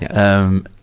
um,